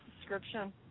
description